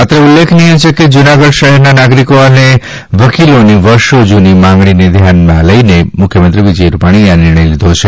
અત્રે ઉલ્લેખનીય છે કે જૂનાગઢ શહેરના નાગરિકો અને વકીલોની વર્ષો જૂની માંગણીને ધ્યાને લઇને મુખ્યમંત્રી વિજય રૂપાણીએ આ નિર્ણય લીધો હતો